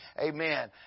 Amen